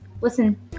listen